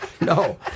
no